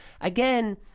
again